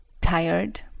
Tired